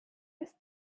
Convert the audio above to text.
ist